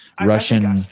russian